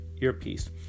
earpiece